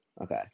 Okay